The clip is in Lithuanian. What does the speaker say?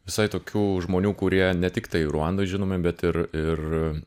visai tokių žmonių kurie ne tiktai ruandoj žinomi bet ir ir